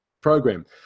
program